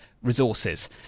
resources